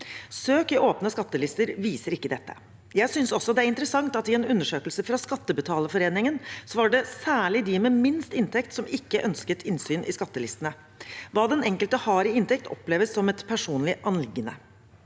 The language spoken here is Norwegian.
Søk i åpne skattelister viser ikke dette. Jeg synes også det er interessant at i en undersøkelse fra Skattebetalerforeningen var det særlig de med minst inntekt som ikke ønsket innsyn i skatteliste ne. Hva den enkelte har i inntekt, oppleves som et personlig anliggende.